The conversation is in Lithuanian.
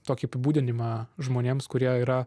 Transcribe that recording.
tokį apibūdinimą žmonėms kurie yra